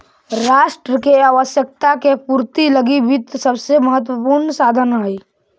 राष्ट्र के आवश्यकता के पूर्ति लगी वित्त सबसे महत्वपूर्ण साधन हइ